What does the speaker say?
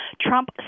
Trump